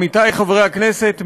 עמיתי חברי הכנסת,